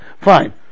Fine